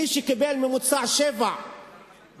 מי שקיבל ממוצע 7 בבגרות